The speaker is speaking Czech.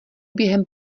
během